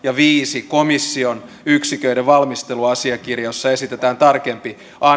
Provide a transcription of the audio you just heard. viisi komission yksiköiden valmisteluasiakirja jossa esitetään tarkempi